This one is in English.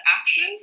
action